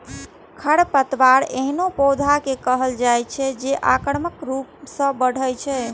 खरपतवार एहनो पौधा कें कहल जाइ छै, जे आक्रामक रूप सं बढ़ै छै